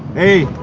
hey